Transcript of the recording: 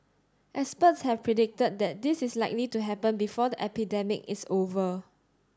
experts have predicted that this is likely to happen before the epidemic is over